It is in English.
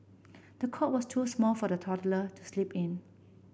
the cot was too small for the toddler to sleep in